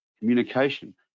communication